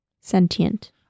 Sentient